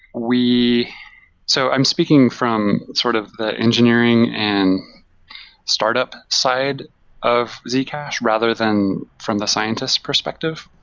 we so i'm speaking from sort of the engineering and startup side of zcash rather than from the scientists' perspective.